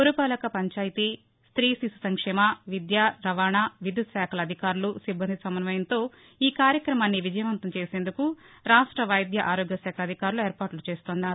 పురపాలక పంచాయతీరాజ్ ట్రీ శిశు సంక్షేమ విద్యా రవాణా విద్యుత్ శాఖల అధికారులు సిబ్బంది సమన్వయంతో ఈ కార్యక్రమాన్ని విజయవంతం చేసేందుకు రాష్ట్ర వైద్య ఆరోగ్యశాఖ అధికారులు ఏర్పాట్లు చేస్తోంది